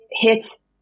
hits